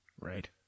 right